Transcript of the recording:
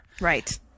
right